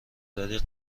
دارین